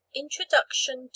Introduction